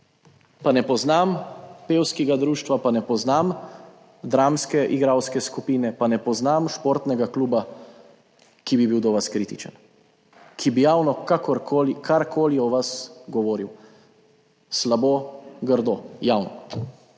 Pa ne poznam pevskega društva, pa ne poznam dramske igralske skupine, pa ne poznam športnega kluba, ki bi bil do vas kritičen, ki bi javno kakorkoli karkoli o vas govoril slabo, grdo, javno.